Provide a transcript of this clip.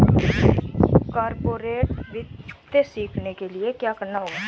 corporate वित्त सीखने के लिया क्या करना होगा